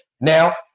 Now